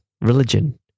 religion